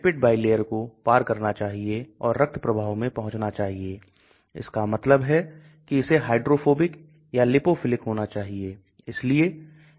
फिर दवा को घुलनशील होना चाहिए तो दवा को इन सभी स्थितियों पर घुलनशील होना चाहिए और इसलिए घुलनशीलता इसकी बायोअवेलेबिलिटी efficacy dosing strategy और बहुत सारे पैरामीटर्स को निर्धारित करने के लिए एक बहुत महत्वपूर्ण भूमिका निभाती है